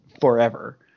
forever